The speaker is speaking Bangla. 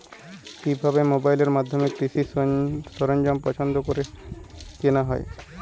কিভাবে মোবাইলের মাধ্যমে কৃষি সরঞ্জাম পছন্দ করে কেনা হয়?